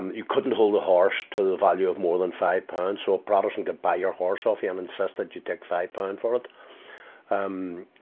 and you couldn't hold a horse to the value of more than five pounds. so, a protestant could buy your horse of you and um insist and you take five pound for it. um